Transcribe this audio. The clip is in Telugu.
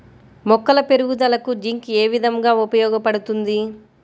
మొక్కల పెరుగుదలకు జింక్ ఏ విధముగా ఉపయోగపడుతుంది?